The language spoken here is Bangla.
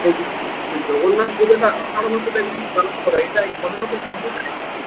এই জগন্নাথ পুজোটা আসার মধ্যে দেখনী এটা হিন্দুদেরই